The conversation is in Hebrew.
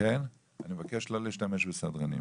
מבקש לא להשתמש בסדרנים.